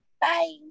Bye